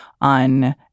on